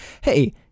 hey